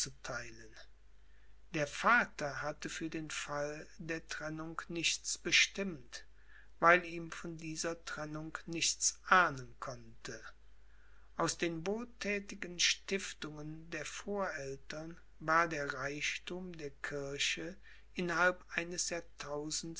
der vater hatte für den fall der trennung nichts bestimmt weil ihm von dieser trennung nichts ahnen konnte aus den wohlthätigen stiftungen der voreltern war der reichthum der kirche innerhalb eines jahrtausends